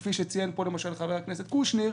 כפי שציין פה חבר הכנסת קושניר,